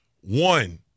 One